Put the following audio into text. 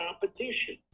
competition